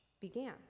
began